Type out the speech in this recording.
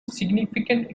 significant